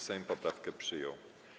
Sejm poprawkę przyjął.